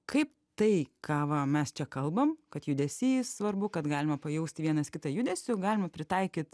kaip tai ką va mes čia kalbam kad judesys svarbu kad galima pajausti vienas kitą judesiu galima pritaikyt